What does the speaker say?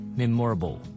memorable